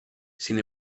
sin